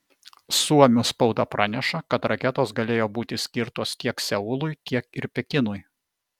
suomių spauda praneša kad raketos galėjo būti skirtos tiek seului tiek ir pekinui